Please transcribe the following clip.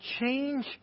change